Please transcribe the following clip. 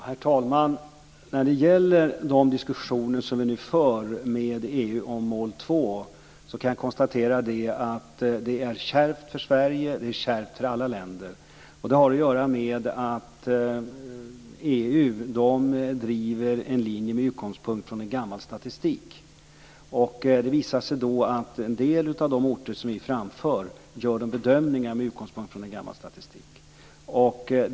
Herr talman! När det gäller de diskussioner som vi för med EU om mål 2 kan jag konstatera att det är kärvt för Sverige och för alla andra länder. Det har att göra med att EU driver en linje med utgångspunkt från en gammal statistik, så en del av de orter som vi tar upp bedöms efter denna statistik.